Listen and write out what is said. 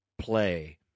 play